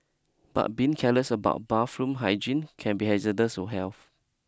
but being careless about bathroom hygiene can be hazardous to health